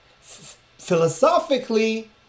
philosophically